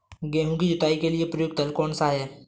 गेहूँ की जुताई के लिए प्रयुक्त हल कौनसा है?